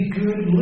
good